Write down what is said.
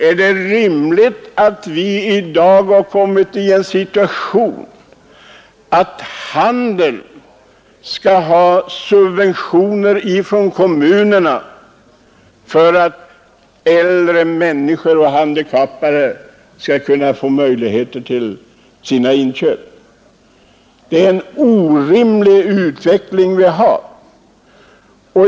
Är det rimligt att handeln i dag skall ha subventioner från kommunerna för att äldre och handikappade skall kunna få möjligheter att göra sina inköp? Det är en orimlig utveckling.